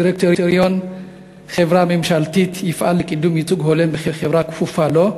דירקטוריון חברה ממשלתית יפעל לקידום ייצוג הולם בחברה הכפופה לו,